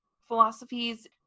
philosophies